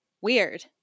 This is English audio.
weird